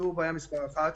זו בעיה מספר אחת,